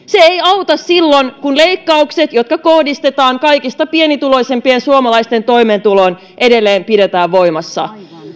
se ei auta silloin kun leikkaukset jotka kohdistetaan kaikista pienituloisimpien suomalaisten toimeentuloon edelleen pidetään voimassa